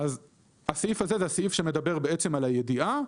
הסעיף הזה מדבר על הידיעה.